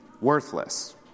worthless